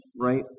right